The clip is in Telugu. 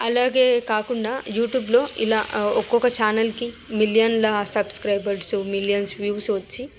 అలాగే కాకుండా యూట్యూబ్లో ఇలా ఒక్కొక్క ఛానెల్కి మిలియన్ల సబ్స్క్రైబర్సు మిలియన్స్ వ్యూస్ వచ్చి